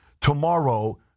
Tomorrow